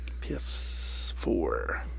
PS4